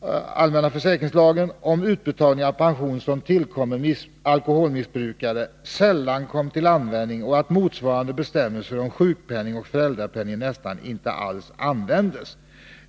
AFL om utbetalning av pension som tillkommer alkoholmissbrukare sällan kom till användning och att motsvarande bestämmelser om sjukpenning och föräldrapenning nästan inte alls användes.